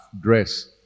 dress